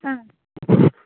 ആ